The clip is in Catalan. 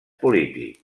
polític